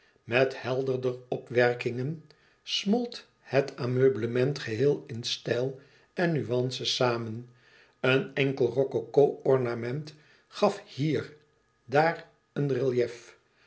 met helderder opwerkingen smolt het ameubelement geheel in stijl en nuance samen een enkel rococo ornament gaf hier daar een relief